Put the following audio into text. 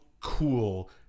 cool